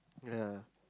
ya